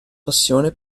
passione